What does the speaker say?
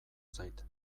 zait